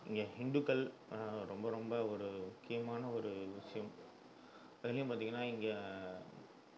இங்கே ஹிண்டுக்கள் ரொம்ப ரொம்ப ஒரு முக்கியமான ஒரு விஷயம் அதுலையும் பார்த்திங்கனா இங்கே